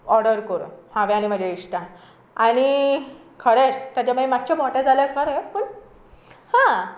order करून हांवें आनी म्हजे इश्टान आनी खरेंच तेज्या मागीर मातशें मोटें जालें खरें पूण हां